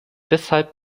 deshalb